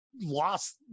lost